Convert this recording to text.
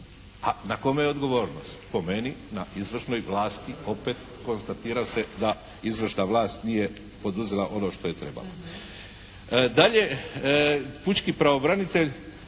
A na kome je odgovornost? Po meni na izvršnoj vlasti. Opet konstatira se da izvršna vlast nije poduzela ono što je trebala.